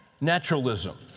naturalism